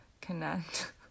connect